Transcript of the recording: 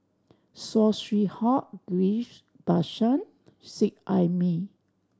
Saw Swee Hock Ghillie Basan Seet Ai Mee